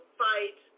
fight